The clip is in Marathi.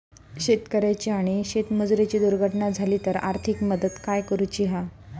शेतकऱ्याची आणि शेतमजुराची दुर्घटना झाली तर आर्थिक मदत काय करूची हा?